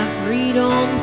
freedom